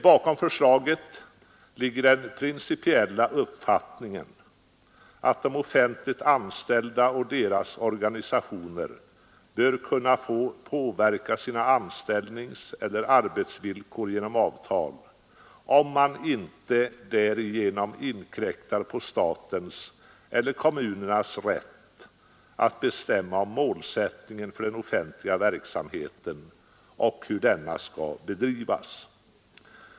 Bakom förslaget ligger den principiella uppfattningen att de offentligt anställda och deras organisationer bör kunna få påverka sina anställningseller arbetsvillkor genom avtal, om man inte därigenom inkräktar på statens eller kommunernas rätt att bestämma om målsättningen för den offentliga verksamheten och om hur denna skall bedrivas.